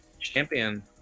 champion